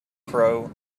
crow